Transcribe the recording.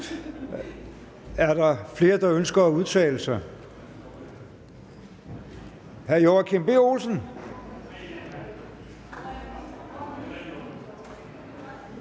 Er der flere, der ønsker at udtale sig?